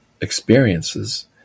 experiences